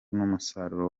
n’umusaruro